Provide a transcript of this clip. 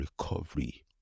recovery